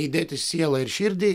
įdėti sielą ir širdį